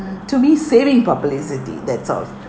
mm to me saving publicity that's all